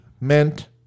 meant